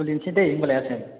खुलिनोसै दे होनबालाय आसोल